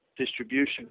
Distribution